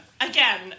again